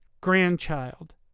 grandchild